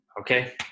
okay